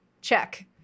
Check